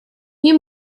nie